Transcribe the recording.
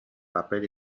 papel